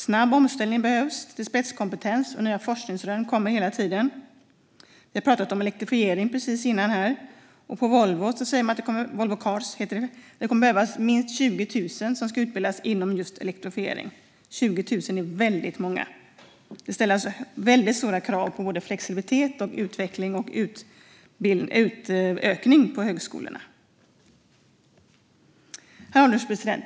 Snabb omställning behövs till spetskompetens, och nya forskningsrön kommer hela tiden. Vi har alldeles nyss pratat om elektrifiering här, och på Volvo Cars säger man att det kommer att behövas minst 20 000 personer som ska utbildas inom just elektrifiering. 20 000 är väldigt många! Det här ställer väldigt höga krav på både flexibilitet, utveckling och utökning för högskolorna. Herr ålderspresident!